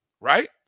right